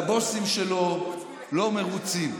והבוסים שלו לא מרוצים.